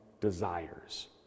desires